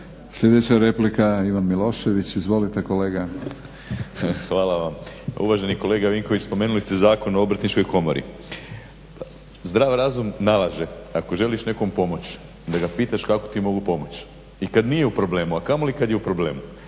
Sljedeća replika, Ivan Milošević. Izvolite kolega. **Milošević, Domagoj Ivan (HDZ)** Hvala vam. Uvaženi kolega Vinković, spomenuli ste Zakon o Obrtničkoj komori. Zdrav razum nalaže ako želiš nekom pomoć da ga pitaš kako ti mogu pomoć i kad nije u problemu, a kamoli kad je u problemu.